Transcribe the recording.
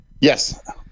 Yes